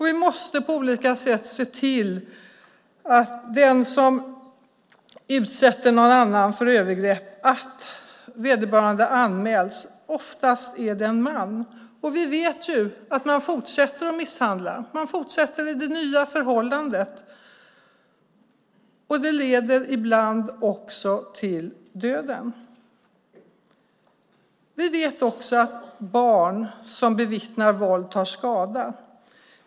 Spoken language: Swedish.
Vi måste på olika sätt se till att den som utsätter någon annan för övergrepp anmäls. Oftast är det en man. Vi vet att man fortsätter att misshandla. Man fortsätter i det nya förhållandet. Det leder ibland till döden. Vi vet också att barnen som bevittnar våld tar skada.